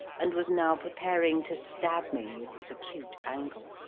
and was now preparing to stab me with his acute angle.